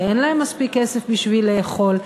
שאין להם מספיק כסף בשביל לאכול,